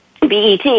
BET